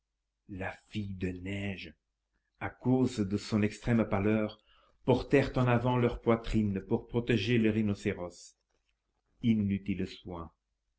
la fille de neige à cause de son extrême pâleur portèrent en avant leur poitrine pour protéger le rhinocéros inutile soin